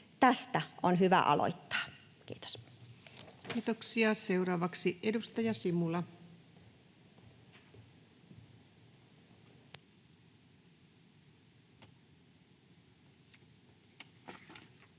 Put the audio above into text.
Tästä on hyvä aloittaa. — Kiitos. Kiitoksia. — Seuraavaksi edustaja Simula. Arvoisa